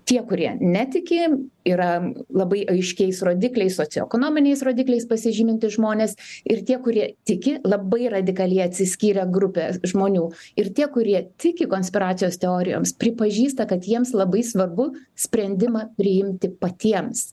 tie kurie netiki yra labai aiškiais rodikliais socioekonominiais rodikliais pasižymintys žmonės ir tie kurie tiki labai radikaliai atsiskyrę grupė žmonių ir tie kurie tiki konspiracijos teorijoms pripažįsta kad jiems labai svarbu sprendimą priimti patiems